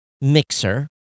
mixer